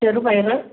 ചെറുപയർ